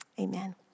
Amen